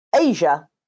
Asia